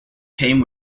came